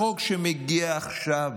החוק שמגיע עכשיו,